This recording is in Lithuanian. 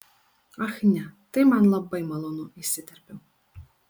ach ne tai man labai malonu įsiterpiau